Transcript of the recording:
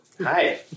Hi